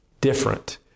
different